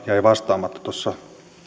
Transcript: jäi vastaamatta tuossa